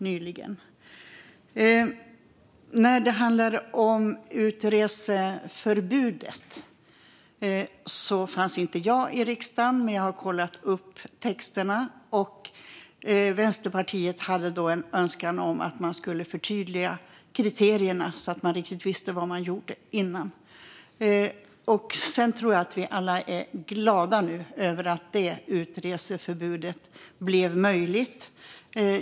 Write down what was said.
När beslutet om utreseförbudet fattades satt jag inte i riksdagen, men jag har kollat upp texterna. Vänsterpartiet hade en önskan om att förtydliga kriterierna, så att man verkligen visste vad man gjorde. Jag tror att vi alla nu är glada över att utreseförbudet blev möjligt.